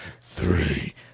Three